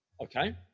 Okay